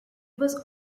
was